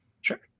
sure